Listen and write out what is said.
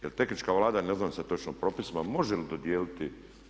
Jer tehnička Vlada, ne znam sad točno propisno, može li dodijeliti?